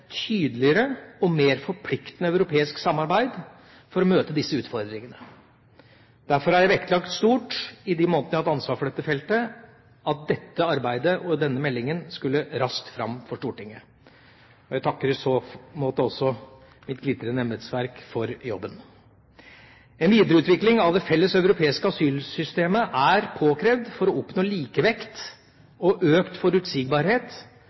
tydeligere og mer forpliktende europeisk samarbeid for å møte disse utfordringene. Derfor har jeg i de månedene jeg har hatt ansvaret for dette feltet, vektlagt sterkt at dette arbeidet og denne meldinga skulle raskt fram for Stortinget. Jeg takker i så måte også mitt glitrende embetsverk for jobben. En videreutvikling av det felles europeiske asylsystemet er påkrevd for å oppnå likevekt og økt forutsigbarhet